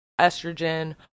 estrogen